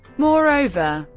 moreover,